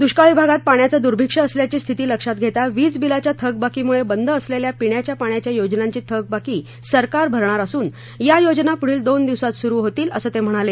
दुष्काळी भागात पाण्याचं दुर्भिक्ष असल्याची स्थिती लक्षात घेता वीज बिलाच्या थकबाकीमुळे बंद असलेल्या पिण्याच्या पाण्याच्या योजनांची थकबाकी सरकार भरणार असून या योजना पुढील दोन दिवसात सुरू होतील असं ते म्हणाले